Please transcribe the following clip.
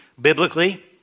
biblically